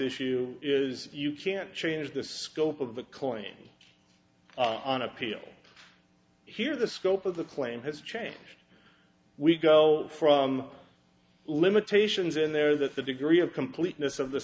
issue is you can't change the scope of the coin on appeal here the scope of the claim has changed we go from limitations in there that the degree of completeness of the